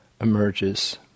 emerges